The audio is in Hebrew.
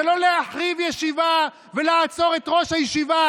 זה לא להחריב ישיבה ולעצור את ראש הישיבה